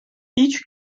each